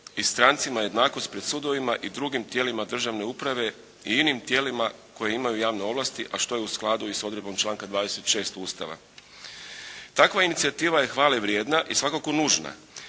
i strancima jednakost pred sudovima i drugim tijelima državne uprave i inim tijelima koje imaju javne ovlasti a što je i u skladu s odredbom članka 26. Ustava. Takva inicijativa je hvale vrijedna i svakako nužna,